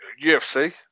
UFC